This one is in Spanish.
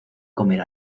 comer